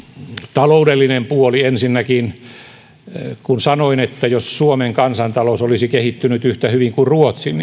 taloudellinen puoli ensinnäkin sanoin että jos suomen kansantalous olisi kehittynyt yhtä hyvin kuin ruotsin